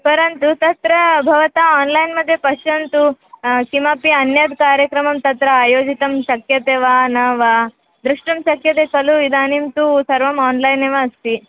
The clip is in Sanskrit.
परन्तु तत्र भवन्तः आन्लैन्मध्ये पश्यन्तु किमपि अन्यत् कार्यक्रमः तत्र आयोजयितुं शक्यते वा न वा द्रष्टुं शक्यते खलु इदानीं तु सर्वम् आन्लैन् एव अस्ति